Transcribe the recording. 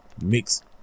Mix